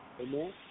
Amen